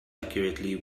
accurately